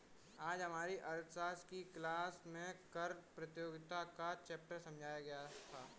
आज हमारी अर्थशास्त्र की क्लास में कर प्रतियोगिता का चैप्टर समझाया गया था